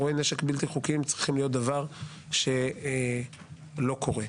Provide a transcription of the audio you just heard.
אירועי נשק בלתי חוקיים צריכים להיות דבר שלא קורה.